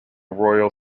royal